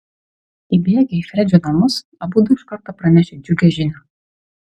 įbėgę į fredžio namus abudu iš karto pranešė džiugią žinią